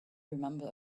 remember